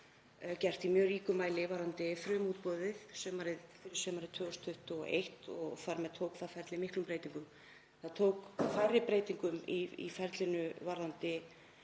gert í mjög ríkum mæli varðandi frumútboðið sumarið 2021 og þar með tók það ferli miklum breytingum. Það tók færri breytingum í ferlinu varðandi